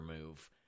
move